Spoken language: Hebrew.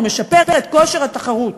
הוא משפר את כושר התחרות